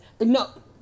No